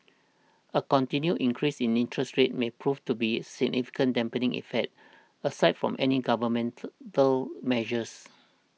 a continued increase in interest rates may prove to be of significant dampening effect aside from any governmental though measures